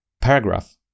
paragraph